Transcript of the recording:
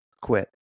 quit